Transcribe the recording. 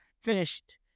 finished